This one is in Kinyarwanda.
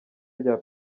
rya